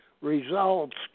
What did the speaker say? results